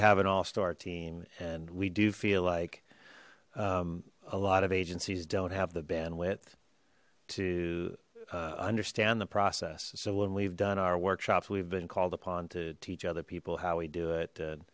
have an all star team and we do feel like a lot of agencies don't have the bandwidth to understand the process so when we've done our workshop we've been called upon to teach other people how we do it